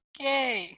Okay